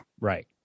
Right